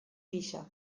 gisa